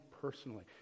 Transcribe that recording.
personally